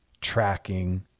tracking